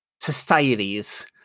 societies